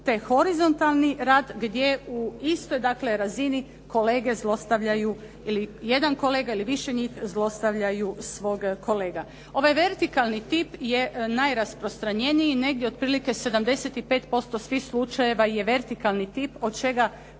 te horizontalni rad gdje u istoj, dakle razini kolege zlostavljaju ili jedan kolega ili više njih zlostavljaju svog kolegu. Ovaj vertikalni tip je najrasprostranjeniji, negdje otprilike 75% svih slučajeva je vertikalni tip, od čega